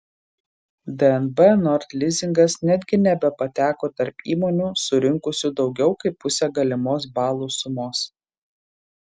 dnb nord lizingas netgi nebepateko tarp įmonių surinkusių daugiau kaip pusę galimos balų sumos